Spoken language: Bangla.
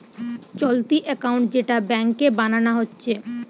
চলতি একাউন্ট যেটা ব্যাংকে বানানা হচ্ছে